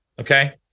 okay